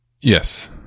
Yes